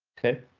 ok,